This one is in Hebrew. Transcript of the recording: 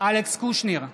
אלכס קושניר,